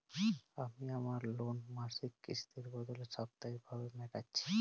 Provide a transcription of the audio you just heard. আমি আমার লোন মাসিক কিস্তির বদলে সাপ্তাহিক ভাবে মেটাচ্ছি